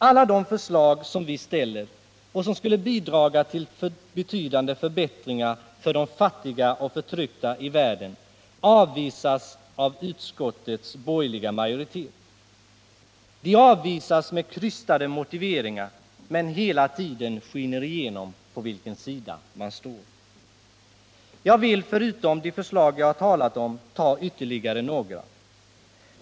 Alla de förslag som vi ställer och som skulle bidra till betydande förbättringar för de fattiga och förtryckta i världen avvisas av utskottets borgerliga majoritet med krystade motiveringar, men hela tiden skiner igenom på vilkas sida man står. Jag vill förutom de förslag som jag har talat om ge ytterligare några.